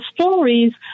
stories